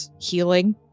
healing